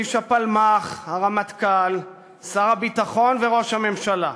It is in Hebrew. איש הפלמ"ח, הרמטכ"ל, שר הביטחון וראש הממשלה,